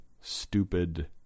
Stupid